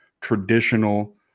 traditional